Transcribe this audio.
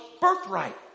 birthright